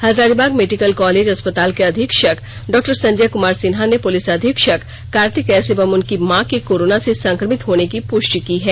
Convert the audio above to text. Hazaribagh medical college अस्पताल के अधीक्षक डॉ संजय कुमार सिन्हा ने पुलिस अधीक्षक कार्तिक एस एवं उनकी मां के कोरोना से संक्रमित होने की पुष्टि की है